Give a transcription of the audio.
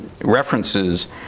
references